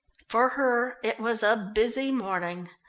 for her it was a busy morning.